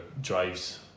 drives